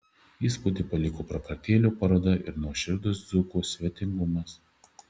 įspūdį paliko prakartėlių paroda ir nuoširdus dzūkų svetingumas